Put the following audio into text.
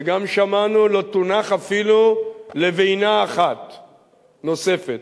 וגם שמענו: לא תונח אפילו לבנה אחת נוספת,